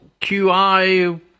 QI